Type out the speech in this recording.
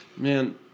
Man